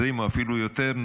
20 או אפילו יותר,